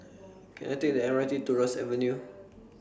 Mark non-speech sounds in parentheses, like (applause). (noise) Can I Take The M R T to Ross Avenue